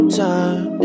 time